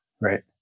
right